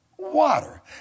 Water